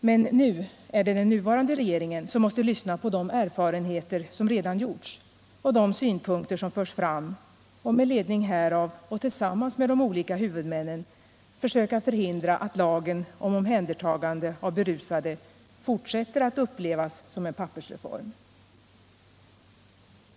Men nu är det den nuvarande regeringen som måste lyssna på de erfarenheter som redan gjorts och de synpunkter som förs fram och med ledning härav och tillsammans med de olika huvudmännen försöka förhindra att lagen om omhändertagande av berusade fortsätter att upplevas som en pappersreform.